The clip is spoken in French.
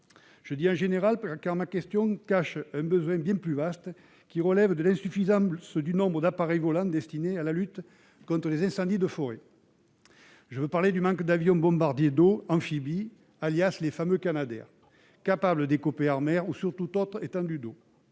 le « en général », car ma question cache un besoin bien plus vaste lié à l'insuffisance du nombre d'appareils volants destinés à la lutte contre les incendies de forêt. Je veux parler du manque d'avions bombardiers d'eau amphibie, les fameux Canadair, capables d'écoper en mer ou sur toute autre étendue d'eau.